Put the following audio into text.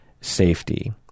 safety